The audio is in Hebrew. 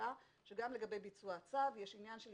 בחקיקה שגם לגבי ביצוע הצו יש עניין של